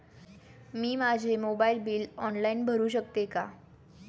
मी माझे mobile bill online भरू शकते का?